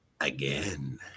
again